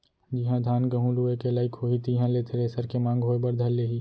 जिहॉं धान, गहूँ लुए के लाइक होही तिहां ले थेरेसर के मांग होय बर धर लेही